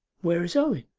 where is owen